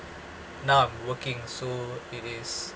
now I'm working so it is